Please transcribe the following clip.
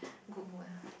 good mood